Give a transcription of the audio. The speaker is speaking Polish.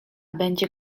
będzie